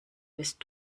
wirst